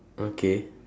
okay